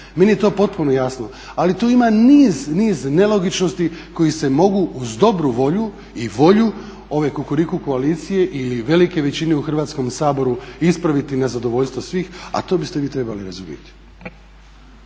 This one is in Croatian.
Meni je to potpuno jasno, ali tu ima niz nelogičnosti koji se mogu uz dobru volju i volju ove Kukuriku koalicije ili velike većine u Hrvatskom saboru ispraviti na zadovoljstvo svih a to biste vi trebali razumjeti.